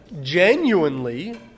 genuinely